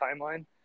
timeline